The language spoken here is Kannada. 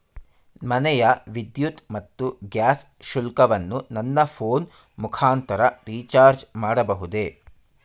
ಮನೆಯ ವಿದ್ಯುತ್ ಮತ್ತು ಗ್ಯಾಸ್ ಶುಲ್ಕವನ್ನು ನನ್ನ ಫೋನ್ ಮುಖಾಂತರ ರಿಚಾರ್ಜ್ ಮಾಡಬಹುದೇ?